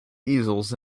easels